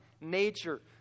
nature